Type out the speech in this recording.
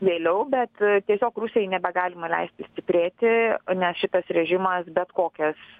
vėliau bet tiesiog rusijai nebegalima leisti stiprėti nes šitas režimas bet kokias